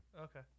Okay